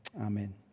Amen